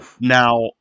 Now